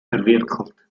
verwickelt